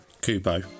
Kubo